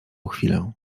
chwilę